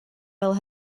fel